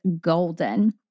golden